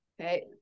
Okay